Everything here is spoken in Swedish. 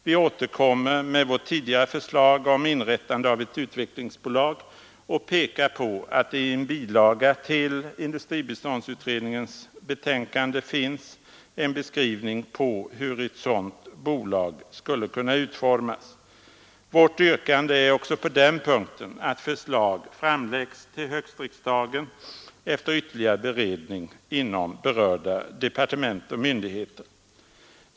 Vi återkommer med vårt tidigare förslag om inrättande av ett utvecklingsbolag och pekar på att det i en bilaga till industribiståndsutredningens betänkande finns en beskrivning på hur ett sådant bolag skulle kunna utformas. Vårt yrkande är också på den punkten att förslag framläggs till höstriksdagen efter ytterligare beredning inom berörda departement och myndigheter.